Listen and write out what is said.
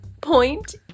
point